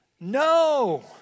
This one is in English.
No